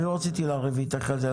אני לא רציתי לריב איתך על זה,